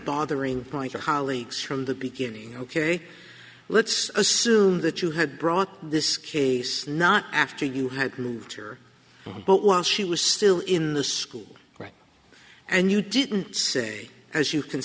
bothering me like your colleagues from the beginning ok let's assume that you had brought this case not after you had moved here but while she was still in the school right and you didn't say as you can